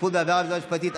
שיפוט בעבירות ועזרה משפטית),